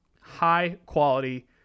high-quality